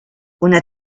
una